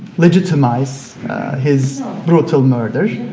legitimize his brutal murder